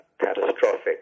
catastrophic